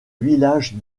village